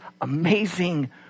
amazing